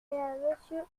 monsieur